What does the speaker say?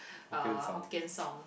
uh Hokkien song